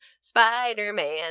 Spider-Man